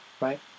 right